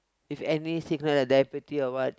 is every sickness diabetes or what